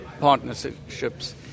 partnerships